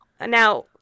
now